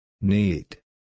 Need